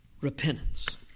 repentance